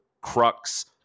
crux